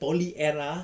poly era